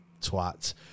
twat